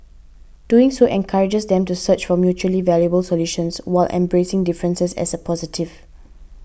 doing so encourages them to search for mutually valuable solutions while embracing differences as a positive